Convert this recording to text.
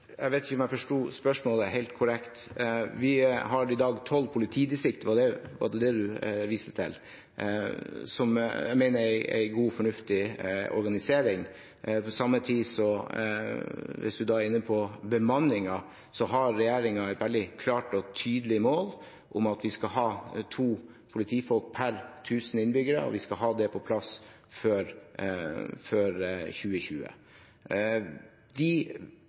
Jeg vet ikke om jeg forsto spørsmålet helt korrekt. Vi har i dag tolv politidistrikt – hvis det var det representanten viste til – som jeg mener er en god og fornuftig organisering. På samme tid – når en er inne på bemanningen – har regjeringen et veldig klart og tydelig mål om at vi skal ha to politifolk per 1 000 innbyggere, og vi skal ha det på plass før 2020. De